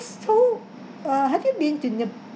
was told uh have you been to